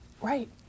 Right